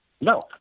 No